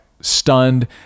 stunned